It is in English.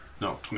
No